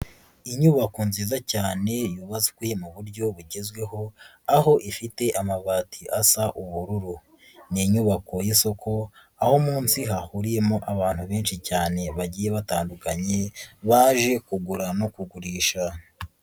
Inyubako nziza cyane yubatswe mu buryo bugezweho, aho ifite amabati asa ubururu, ni inyubako y'isoko aho munsi hahuriyemo abantu benshi cyane bagiye batandukanye baje kugura no kugurisha.